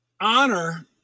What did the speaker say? honor